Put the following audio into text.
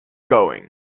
going